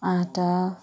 आँटा